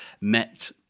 met